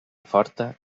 forta